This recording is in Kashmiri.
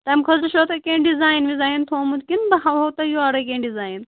تَمہِ خٲطرٕ چھُوا تُہی کیٚنٛہہ ڈِزایِن وِزایِن تھوٚمُت کِنہٕ بہٕ ہاوَو تۄہہِ یورَے کیٚنٛہہ ڈِزایَن